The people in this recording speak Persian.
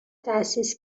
تأسیس